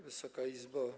Wysoka Izbo!